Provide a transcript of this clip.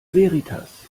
veritas